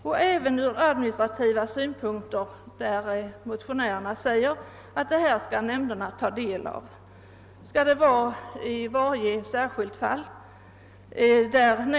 Även beträffande administrativa frågor anser motionärerna att nämnden skall fatta beslut i varje särskilt fall.